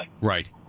Right